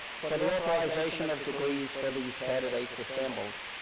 for the authorization of degrees for these candidates assembled,